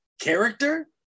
character